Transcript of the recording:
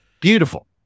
Beautiful